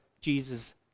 Jesus